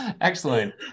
Excellent